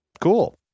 cool